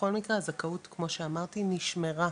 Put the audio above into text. בכל מקרה הזכאות כמו שאמרתי נשמרה,